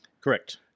Correct